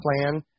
plan